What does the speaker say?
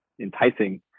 enticing